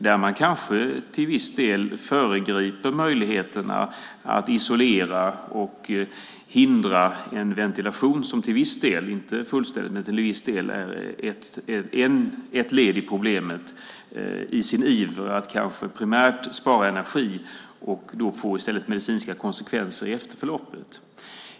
Där kanske man föregriper möjligheten att isolera och hindrar ventilation - det kan till viss del, men inte fullständigt, vara ett led i problemet - i sin iver att primärt spara energi, vilket i stället får medicinska konsekvenser i efterförloppet.